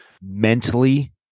mentally